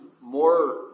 more